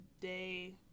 day